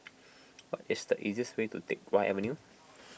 what is the easiest way to Teck Whye Avenue